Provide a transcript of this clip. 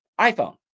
iPhone